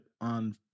on